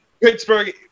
Pittsburgh